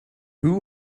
who